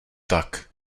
tak